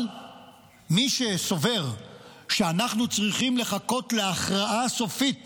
אבל מי שסובר שאנחנו צריכים לחכות להכרעה סופית